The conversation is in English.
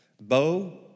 Bo